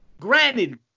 Granted